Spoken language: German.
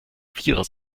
vierer